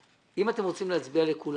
שנה, את הצו